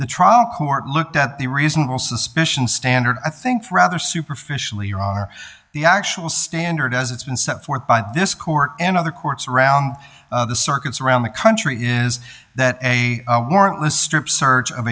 the trial court looked at the reasonable suspicion standard i think rather superficially here are the actual standard as it's been set forth by this court and other courts around the circuits around the country is that a warrantless strip search of